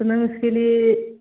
तो मैम इसके लिए